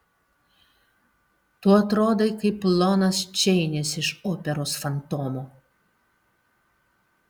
tu atrodai kaip lonas čeinis iš operos fantomo